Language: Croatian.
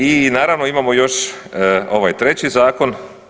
I naravno, imamo još ovaj treći zakon.